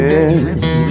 Yes